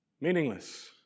Meaningless